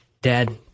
dad